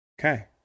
okay